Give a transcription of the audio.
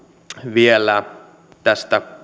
vielä tästä